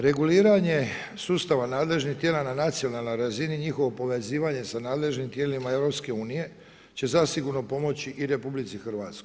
Reguliranje sustava nadležnih tijela na nacionalnoj razini, njihovo povezivanje sa nadležnim tijelima EU će zasigurno pomoći i RH.